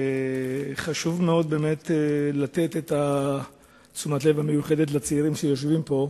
וחשוב מאוד באמת לתת תשומת לב מיוחדת לצעירים שיושבים פה,